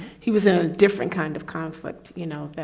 he was in a different kind of conflict, you know,